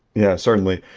yeah, certainly.